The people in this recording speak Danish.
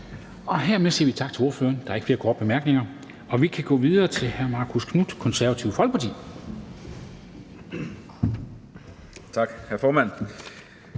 Hermed siger vi tak til ordføreren. Der er ikke flere korte bemærkninger, og vi kan gå videre til hr. Marcus Knuth, Det Konservative Folkeparti. Kl. 13:16